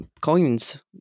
coins